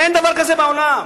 אין דבר כזה בעולם.